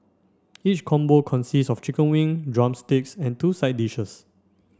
each combo consists of chicken wing drumsticks and two side dishes